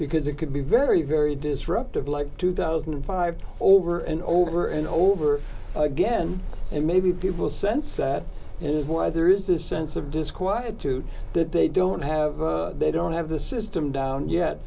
because it could be very very disruptive like two thousand and five over and over and over again and maybe people sense that why there is this sense of disquietude that they don't have they don't have the system down yet